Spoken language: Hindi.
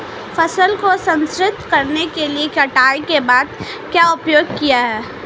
फसल को संरक्षित करने के लिए कटाई के बाद के उपाय क्या हैं?